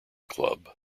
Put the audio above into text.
club